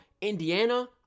indiana